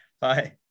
Bye